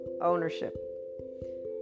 ownership